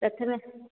प्रथम